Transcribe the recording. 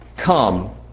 come